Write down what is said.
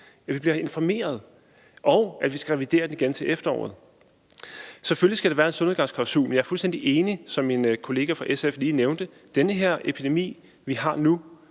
at vi bliver informeret, og at vi skal revidere den igen til efteråret. Selvfølgelig skal der være en solnedgangsklausul, men jeg er fuldstændig enig i, som min kollega fra SF lige nævnte, at den her epidemi, vi har nu,